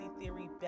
theory